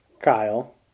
Kyle